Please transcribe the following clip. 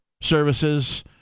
services